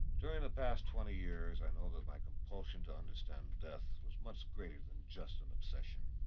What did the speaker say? during the past twenty years, i know that my compulsion to understand death was much greater than just an obsession.